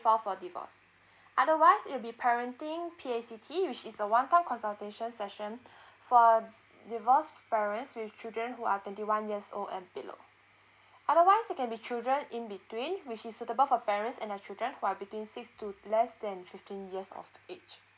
file for divorce otherwise it will be parenting P_A_C_T which is a one time consultation session for a divorced parents with children who are twenty one years old and below otherwise it can be children in between which is suitable for parents and their children who are between six to less than fifteen years of age